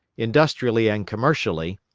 industrially and commercially,